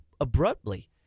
abruptly